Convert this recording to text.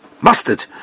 mustard